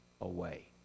away